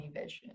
vision